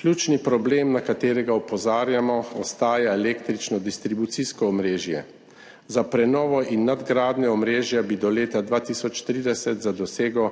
Ključni problem, na katerega opozarjamo, ostaja električno distribucijsko omrežje. Za prenovo in nadgradnjo omrežja bi do leta 2030 za dosego